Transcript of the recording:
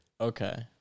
Okay